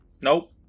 nope